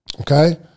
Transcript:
Okay